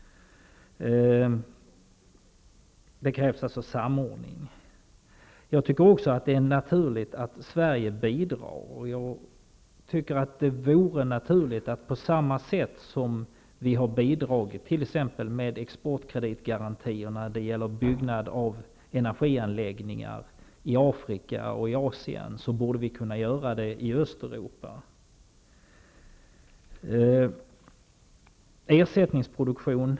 Det också naturligt att Sverige bidrar på t.ex. samma sätt som vi har bidragit med exportkreditgarantier när det gäller byggande av energianläggningar i Afrika och i Asien. Vi borde kunna göra det även i Östeuropa. Det behövs ersättningsproduktion.